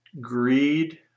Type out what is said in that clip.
greed